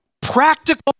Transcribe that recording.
practical